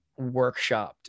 workshopped